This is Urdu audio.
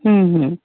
ہوں ہوں